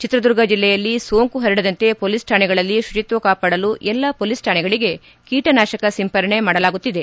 ಚಿತ್ರದುರ್ಗ ಜಿಲ್ಲೆಯಲ್ಲಿ ಸೋಂಕು ಹರಡದಂತೆ ಪೊಲೀಸ್ ಕಾಣೆಗಳಲ್ಲಿ ಕುಚಿತ್ವ ಕಾಪಾಡಿಕೊಳ್ಳಲು ಎಲ್ಲಾ ಪೊಲೀಸ್ ರಾಣೆಗಳಿಗೆ ಕೀಟನಾಶಕ ಸಿಂಪಡಣೆ ಮಾಡಲಾಗುತ್ತಿದೆ